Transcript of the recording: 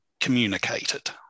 Communicated